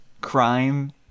crime